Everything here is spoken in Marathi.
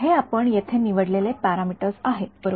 हे आपण येथे निवडलेले पॅरामीटर्स आहेत बरोबर